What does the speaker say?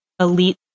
elite